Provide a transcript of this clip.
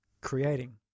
creating